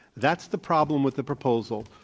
that's the problem with the proposal.